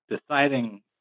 deciding